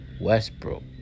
Westbrook